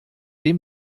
dem